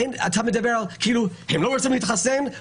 אתה אומר כאילו שהם לא רוצים להתחסן אז